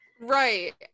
Right